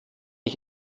ich